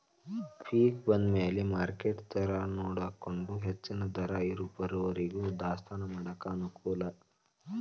ಪಿಕ್ ಬಂದಮ್ಯಾಲ ಮಾರ್ಕೆಟ್ ದರಾನೊಡಕೊಂಡ ಹೆಚ್ಚನ ದರ ಬರುವರಿಗೂ ದಾಸ್ತಾನಾ ಮಾಡಾಕ ಅನಕೂಲ